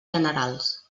generals